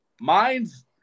mine's